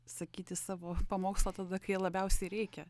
sakyti savo pamokslą tada kai labiausiai reikia